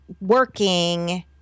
working